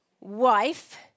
wife